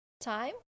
time